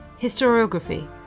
Historiography